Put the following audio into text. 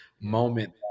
moment